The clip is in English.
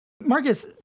Marcus